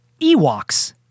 Ewoks